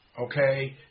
okay